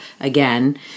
again